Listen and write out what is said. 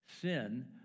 Sin